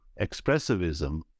expressivism